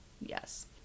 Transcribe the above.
yes